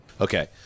Okay